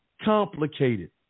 complicated